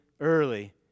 early